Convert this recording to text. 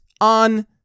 on